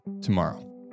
tomorrow